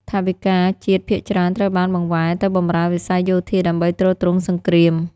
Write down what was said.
ថវិកាជាតិភាគច្រើនត្រូវបានបង្វែរទៅបម្រើវិស័យយោធាដើម្បីទ្រទ្រង់សង្គ្រាម។